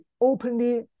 openly